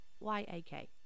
Y-A-K